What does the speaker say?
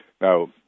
now